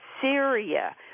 Syria